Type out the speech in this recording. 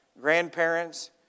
Grandparents